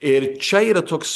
ir čia yra toks